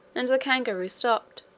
and the kangaroo stopped.